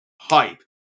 hype